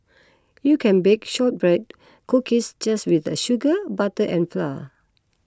you can bake Shortbread Cookies just with the sugar butter and flour